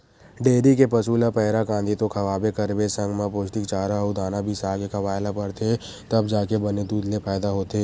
dairy के पसू ल पैरा, कांदी तो खवाबे करबे संग म पोस्टिक चारा अउ दाना बिसाके खवाए ल परथे तब जाके बने दूद ले फायदा होथे